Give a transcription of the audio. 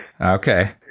Okay